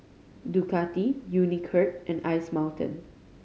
Ducati Unicurd and Ice Mountain